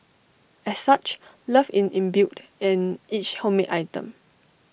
as such love in imbued in each homemade item